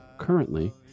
Currently